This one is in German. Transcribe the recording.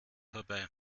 vorbei